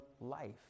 life